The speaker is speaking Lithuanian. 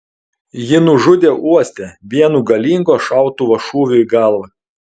jį nužudė uoste vienu galingo šautuvo šūviu į galvą